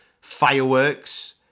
fireworks